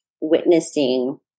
witnessing